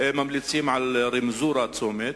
ממליצים על רמזור הצומת.